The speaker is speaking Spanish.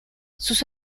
sus